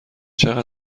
چقدر